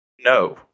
No